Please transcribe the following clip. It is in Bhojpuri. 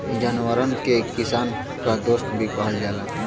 जानवरन के किसान क दोस्त भी कहल जाला